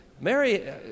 Mary